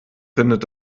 findet